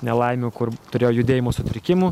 nelaimių kur turėjo judėjimo sutrikimų